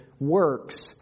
Works